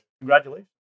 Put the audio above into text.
congratulations